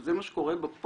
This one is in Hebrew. שזה מה שקורה בפועל,